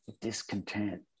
discontent